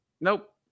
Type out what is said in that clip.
nope